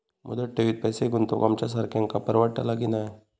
मुदत ठेवीत पैसे गुंतवक आमच्यासारख्यांका परवडतला की नाय?